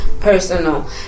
personal